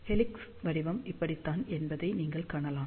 helix வடிவம் இப்படித்தான் என்பதை நீங்கள் காணலாம்